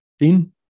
Dean